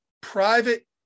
private